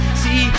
see